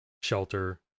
shelter